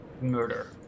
murder